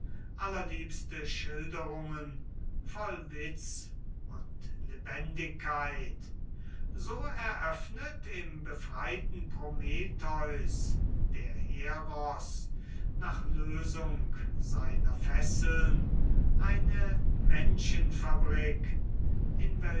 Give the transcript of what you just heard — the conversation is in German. allerliebste schilderungen voll witz und lebendigkeit so eröffnet im befreiten prometheus der heros nach lösung seiner fesseln eine menschenfabrik in